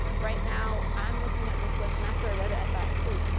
ah right now i'm looking at this list and after i read it i thought, huh!